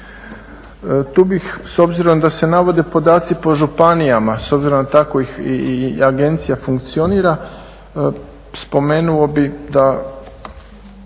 tu bih s obzirom da se navode podaci po županijama, s obzirom da tako i agencija funkcionira, spomenuo bih da,